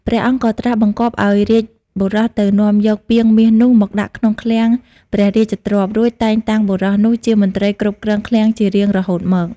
ព្រះអង្គក៏ត្រាស់បង្គាប់ឲ្យរាជបុរសទៅនាំយកពាងមាសនោះ មកដាក់ក្នុងឃ្លាំងព្រះរាជទ្រព្យ រួចតែងតាំងបុរសនោះជាមន្ត្រីគ្រប់គ្រងឃ្លាំងជារៀងរហូតមក ។